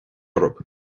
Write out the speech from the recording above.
orthu